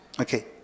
Okay